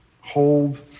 Hold